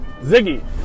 ziggy